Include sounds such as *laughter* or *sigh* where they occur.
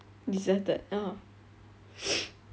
deserted oh *noise*